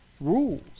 Rules